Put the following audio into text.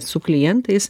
su klientais